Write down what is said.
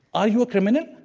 are you a criminal?